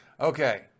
Okay